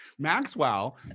Maxwell